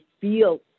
feel